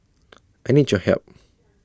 I need your help